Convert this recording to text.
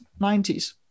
90s